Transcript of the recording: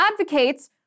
advocates